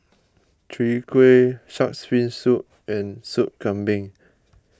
Chwee Kueh Shark's Fin Soup and Soup Kambing